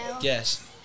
Yes